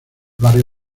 barrio